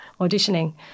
auditioning